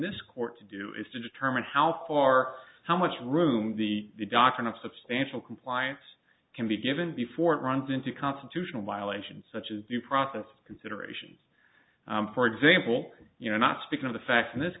this court to do is to determine how far how much room the doctrine of substantial compliance can be given before it runs into a constitutional violation such as due process considerations for example you know not speaking of the facts in this